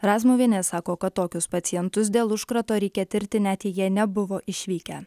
razmuvienė sako kad tokius pacientus dėl užkrato reikia tirti net jei jie nebuvo išvykę